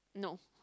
no